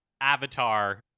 avatar